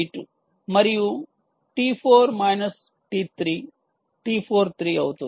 మరియు T 4 minus T 3 T 4 3 అవుతుంది